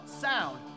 sound